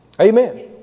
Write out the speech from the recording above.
Amen